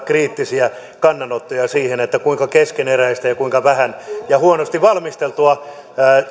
kriittisiä kannanottoja siihen kuinka keskeneräistä ja kuinka vähän ja huonosti valmisteltua